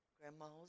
Grandmas